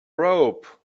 robe